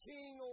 King